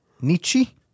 Nietzsche